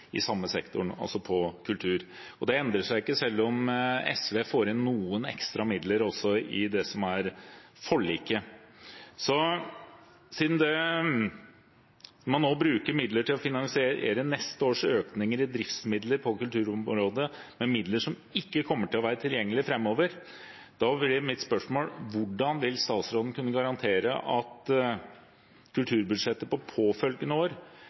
i samme sektor, altså kultur. Det endrer seg ikke selv om SV får inn noen ekstra midler også i det som er forliket. Siden man nå finansierer neste års økninger i driftsmidler på kulturområdet med midler som ikke kommer til å være tilgjengelige framover, blir mitt spørsmål: Hvordan vil statsråden kunne garantere kulturbudsjettet for påfølgende år